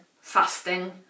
fasting